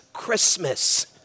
Christmas